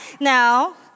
Now